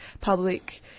public